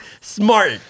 smart